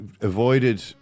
avoided